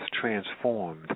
transformed